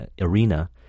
arena